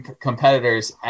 competitors